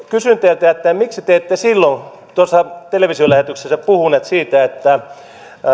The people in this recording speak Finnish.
kysyn teiltä miksi te ette silloin tuossa televisiolähetyksessä puhunut siitä että